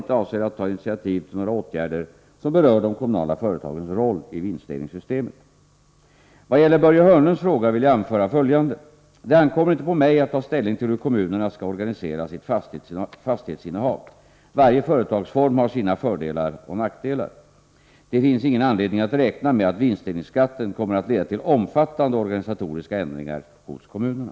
inte avser att ta initiativ till några åtgärder som berör de kommunala företagens roll i vinstdelningssystemet. Vad gäller Börje Hörnlunds fråga vill jag anföra följande. Det ankommer inte på mig att ta ställning till hur kommunerna skall organisera sitt fastighetsinnehav. Varje företagsform har sina fördelar och nackdelar. Det finns ingen anledning att räkna med att vinstdelningsskatten kommer att leda till omfattande organisatoriska ändringar hos kommunerna.